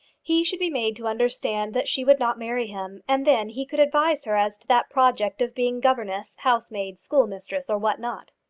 he should be made to understand that she would not marry him and then he could advise her as to that project of being governess, housemaid, schoolmistress, or what not.